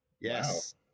Yes